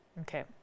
Okay